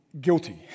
Guilty